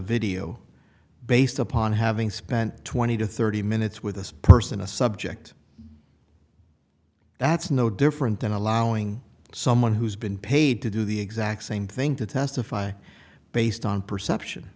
video based upon having spent twenty to thirty minutes with this person a subject that's no different than allowing someone who's been paid to do the exact same thing to testify based on perception